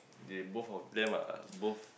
they both of them are both